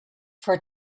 for